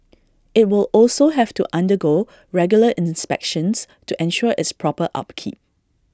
IT will also have to undergo regular inspections to ensure its proper upkeep